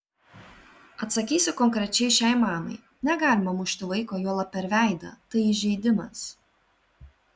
atsakysiu konkrečiai šiai mamai negalima mušti vaiko juolab per veidą tai įžeidimas